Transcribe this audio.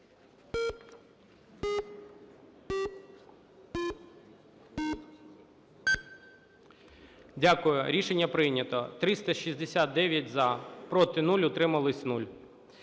Дякую. Рішення прийнято. 369 – за, проти – 0, утрималися –